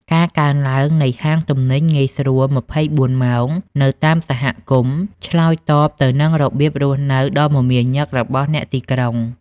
ការកើនឡើងនៃហាងទំនិញងាយស្រួល ២៤ ម៉ោង នៅតាមសហគមន៍ ឆ្លើយតបទៅនឹងរបៀបរស់នៅដ៏មមាញឹករបស់អ្នកទីក្រុង។